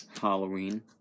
Halloween